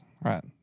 Right